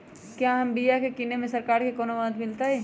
क्या हम बिया की किने में सरकार से कोनो मदद मिलतई?